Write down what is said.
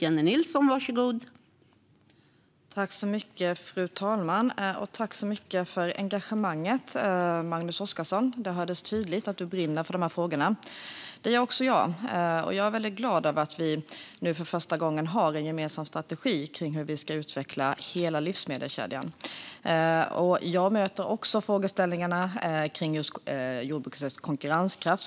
Fru talman! Tack för engagemanget, Magnus Oscarsson! Det hördes tydligt att du brinner för dessa frågor. Det gör även jag. Jag är väldigt glad över att vi nu för första gången har en gemensam strategi för hur vi ska utveckla hela livsmedelskedjan. Även jag möter frågeställningarna om jordbrukets konkurrenskraft.